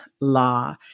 law